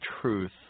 truth